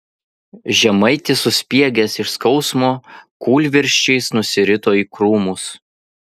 žemaitis suspiegęs iš skausmo kūlvirsčiais nusirito į krūmus